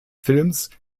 films